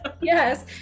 yes